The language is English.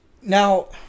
Now